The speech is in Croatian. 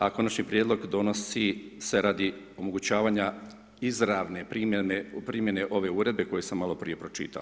A konačni prijedlog donosi se radi omogućavanja izravne primjene ove uredbe koju sam maloprije pročitao.